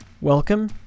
Welcome